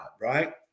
right